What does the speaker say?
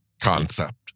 concept